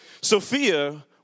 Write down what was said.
Sophia